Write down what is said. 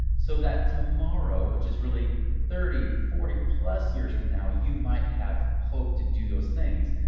so that tomorrow, which is really thirty, forty plus years from now, you might have hoped to do those things,